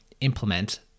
implement